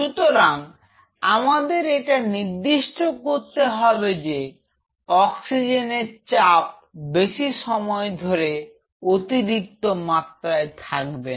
সুতরাং আমাদের এটা নিশ্চিত করতে হবে যে অক্সিজেনের চাপ বেশি সময় ধরে অতিরিক্ত মাত্রায় থাকবে না